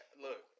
Look